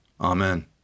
Amen